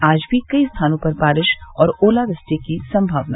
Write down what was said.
आज भी कई स्थानों पर वारिश और ओलावृष्टि की सम्भावना